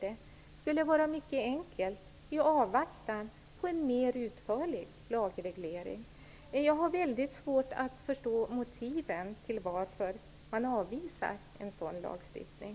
Det skulle vara mycket enkelt i avvaktan på en mer utförlig lagreglering. Jag har mycket svårt att förstå motiven till varför man avvisar en sådan lagstiftning.